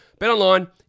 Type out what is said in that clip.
Betonline